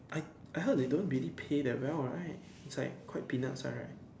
I I heard they don't really pay that well right it's like quite peanuts one right